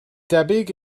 debyg